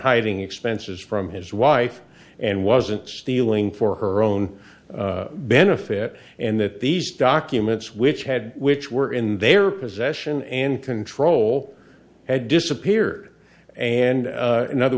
hiding expenses from his wife and wasn't stealing for her own benefit and that these documents which had which were in their possession and control had disappeared and in other